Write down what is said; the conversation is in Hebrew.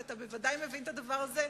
כי אתה בוודאי מבין את הדבר הזה,